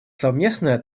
совместная